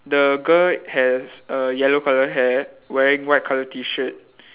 the girl has err yellow colour hair wearing white colour T shirt